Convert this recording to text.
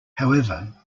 however